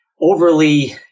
overly